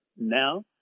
Now